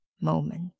moment